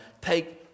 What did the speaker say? take